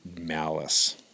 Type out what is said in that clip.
malice